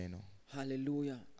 Hallelujah